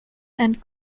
and